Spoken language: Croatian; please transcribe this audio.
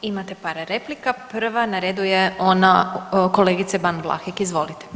Imate par replika, prva na redu je ona kolegice Ban Vlahek, izvolite.